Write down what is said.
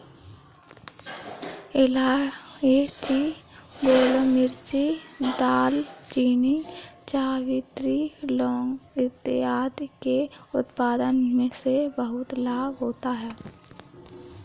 इलायची, गोलमिर्च, दालचीनी, जावित्री, लौंग इत्यादि के उत्पादन से बहुत लाभ होता है